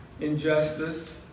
injustice